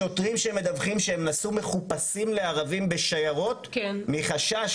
שוטרים שמדווחים שהם נסעו מחופשים לערבים בשיירות מחשש